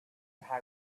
how